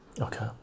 Okay